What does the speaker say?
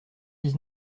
dix